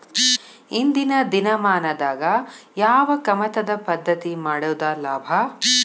ಇಂದಿನ ದಿನಮಾನದಾಗ ಯಾವ ಕಮತದ ಪದ್ಧತಿ ಮಾಡುದ ಲಾಭ?